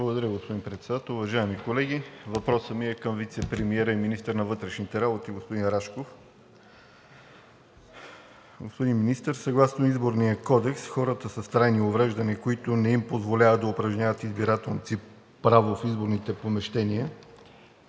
Благодаря, господин Председател. Уважаеми колеги, въпросът ми е към вицепремиера и министър на вътрешните работи господин Рашков. Господин Министър, съгласно Изборния кодекс хората с трайни увреждания, които не им позволяват да упражняват избирателното си право в изборните помещения,